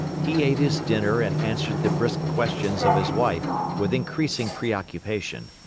he ate his dinner and answered the brisk questions of his wife with increasing preoccupation.